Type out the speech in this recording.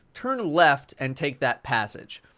turn left and take that passage.